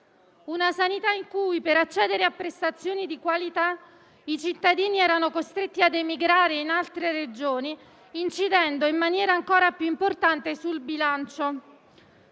una sanità in cui per accedere a prestazioni di qualità i cittadini erano costretti a emigrare in altre Regioni, incidendo in maniera ancora più importante sul bilancio